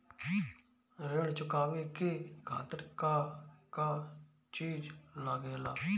ऋण चुकावे के खातिर का का चिज लागेला?